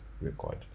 record